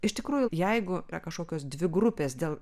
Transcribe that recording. iš tikrųjų jeigu yra kažkokios dvi grupės dėl